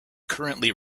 currently